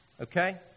okay